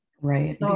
Right